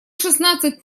шестнадцать